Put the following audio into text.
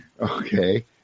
Okay